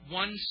one